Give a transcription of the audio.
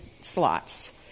slots